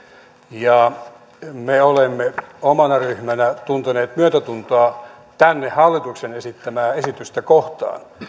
ja me olemme omana ryhmänä tunteneet myötätuntoa hallituksen esittämää esitystä kohtaan